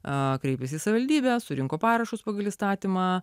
kreipėsi į savivaldybę surinko parašus pagal įstatymą